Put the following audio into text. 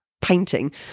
painting